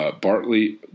Bartley